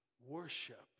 Worship